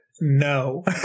No